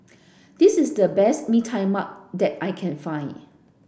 this is the best Bee Tai Mak that I can find